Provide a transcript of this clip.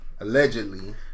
allegedly